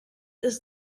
does